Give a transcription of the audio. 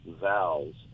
valves